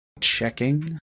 Checking